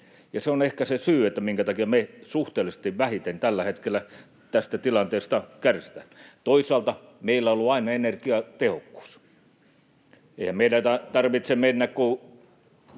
se on ehkä se syy, minkä takia me suhteellisesti vähiten tällä hetkellä tästä tilanteesta kärsitään. Toisaalta meillä on ollut aina energiatehokkuus. Eihän meidän tarvitse mennä